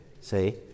See